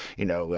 you know,